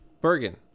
Bergen